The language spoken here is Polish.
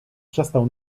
przestał